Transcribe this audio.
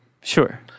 Sure